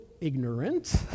ignorant